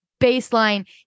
baseline